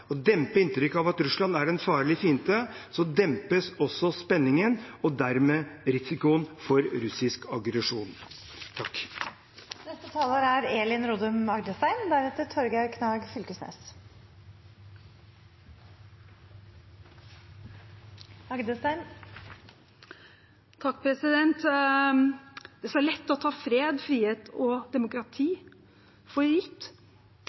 og dempe inntrykket av at Russland er en farlig fiende, dempes også spenningen og dermed risikoen for russisk aggresjon. Det er så lett å ta fred, frihet og demokrati for gitt.